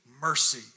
mercy